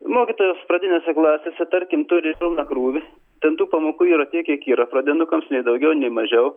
mokytojas pradinėse klasėse tarkim turi pilną krūvį ten tų pamokų yra tiek kiek yra pradinukams nei daugiau nei mažiau